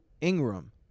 Ingram